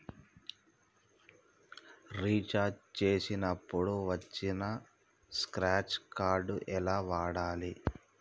Recharge చేసినప్పుడు వచ్చిన scratch card ఎలా వాడాలి?